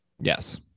Yes